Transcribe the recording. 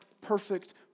perfect